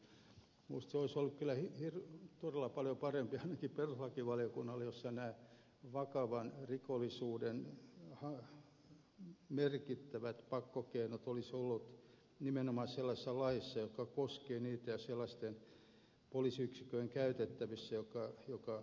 minusta olisi ollut kyllä todella paljon parempi ainakin perustuslakivaliokunnalle jos nämä vakavan rikollisuuden merkittävät pakkokeinot olisivat olleet nimenomaan sellaisessa laissa joka koskee niitä ja sellaisten poliisiyksikköjen käytettävissä jotka vastustavat tätä